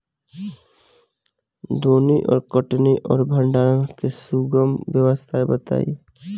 दौनी और कटनी और भंडारण के सुगम व्यवस्था बताई?